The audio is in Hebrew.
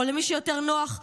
או למי שיותר נוח,